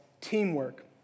teamwork